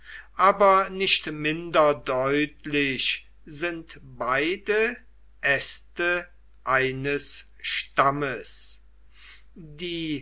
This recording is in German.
aber nicht minder deutlich sind beide äste eines stammes die